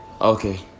Okay